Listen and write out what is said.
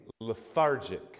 lethargic